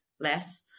less